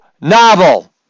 novel